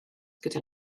gyda